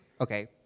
Okay